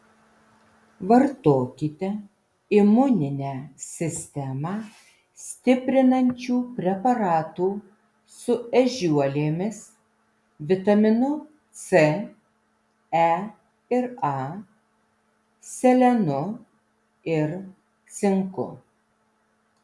vartokite imuninę sistemą stiprinančių preparatų su ežiuolėmis vitaminu c e ir a selenu ir cinku